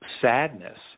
sadness